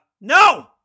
no